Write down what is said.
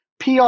PR